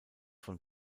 von